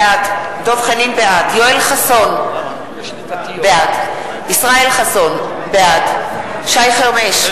בעד יואל חסון, בעד ישראל חסון, בעד שי חרמש,